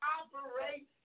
operate